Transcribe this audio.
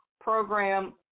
program